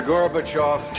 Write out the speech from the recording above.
Gorbachev